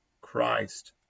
Christ